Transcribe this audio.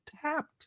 tapped